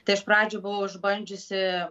tai iš pradžių buvau išbandžiusi